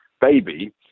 baby